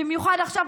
במיוחד עכשיו,